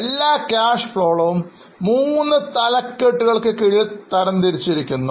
എല്ലാ Cash Flow കളും മൂന്നു തലക്കെട്ടുകൾക്ക് കീഴിൽ തരംതിരിച്ചിരിക്കുന്നു